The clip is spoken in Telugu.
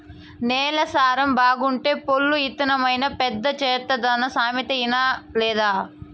నేల సారం బాగుంటే పొల్లు ఇత్తనమైనా పెద్ద చెట్టైతాదన్న సామెత ఇనలేదా